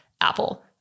apple